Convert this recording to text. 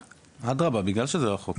אדרבה, בגלל שזה רחוק.